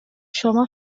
شما